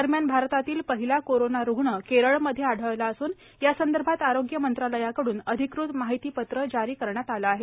दरम्यान भारतातील पहिला कोरोना रूग्ण केरळमध्ये आढळला असून यासंदर्भात आरोग्य मंत्रालयाकडून अधिकृत माहितीपत्रं जारी करण्यात आला आहे